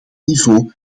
niveau